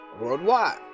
worldwide